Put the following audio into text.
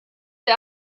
der